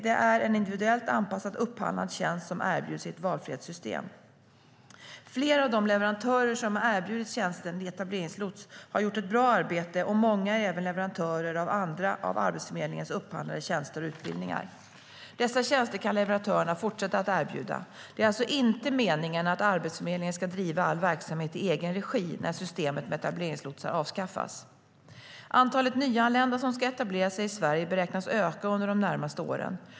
Det är en individuellt anpassad upphandlad tjänst som erbjuds i ett valfrihetssystem. Flera av de leverantörer som har erbjudit tjänsten etableringslots har gjort ett bra arbete, och många är även leverantörer av andra av Arbetsförmedlingens upphandlade tjänster och utbildningar. Dessa tjänster kan leverantörerna fortsätta att erbjuda. Det är alltså inte meningen att Arbetsförmedlingen ska driva all verksamhet i egen regi när systemet med etableringslotsar avskaffas. Antalet nyanlända som ska etablera sig i Sverige beräknas öka under de närmaste åren.